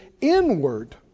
inward